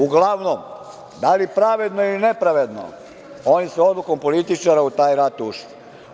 Uglavnom, da li pravedno ili nepravedno, oni su odlukom političara u taj rat ušli.